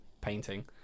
painting